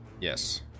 yes